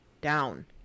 down